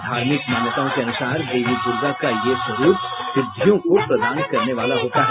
धार्मिक मान्यताओं के अनुसार देवी दुर्गा का यह स्वरूप सिद्धियों को प्रदान करने वाला होता है